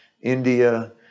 India